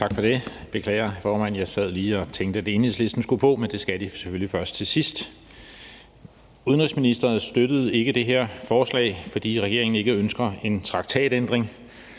Tak for det. Beklager, formand, jeg sad lige og tænkte, at Enhedslisten skulle på, men det skal de selvfølgelig først til sidst. Udenrigsministeren støttede ikke det her forslag, fordi regeringen ikke ønsker en traktatændring.